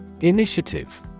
Initiative